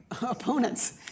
opponents